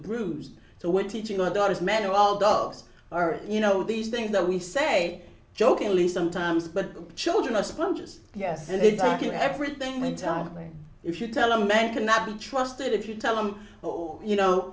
bruised so we're teaching our daughters men are all dogs are you know these things that we say jokingly sometimes but children are sponges yes and they taking everything into play if you tell a man cannot be trusted if you tell him oh you know